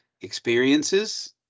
experiences